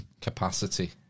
capacity